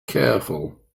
careful